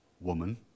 woman